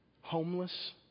homeless